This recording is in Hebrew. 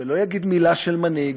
ולא יגיד מילה של מנהיג.